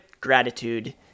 gratitude